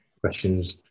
questions